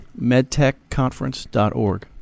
Medtechconference.org